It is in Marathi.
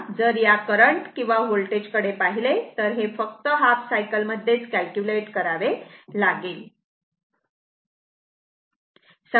तेव्हा जर या करंट किंवा वोल्टेज कडे पाहिले तर हे फक्त हाफ सायकल मध्येच कॅल्क्युलेट करावे लागेल